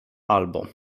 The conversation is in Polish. albo